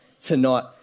tonight